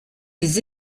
des